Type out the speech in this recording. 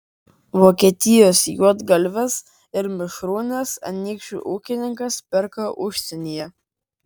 vokietijos juodgalves ir mišrūnes anykščių ūkininkas perka užsienyje